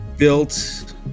built